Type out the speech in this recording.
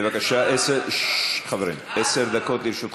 בבקשה, עשר דקות לרשותך.